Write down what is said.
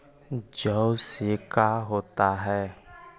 जौ से का होता है?